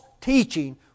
teaching